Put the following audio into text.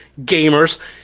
gamers